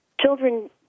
children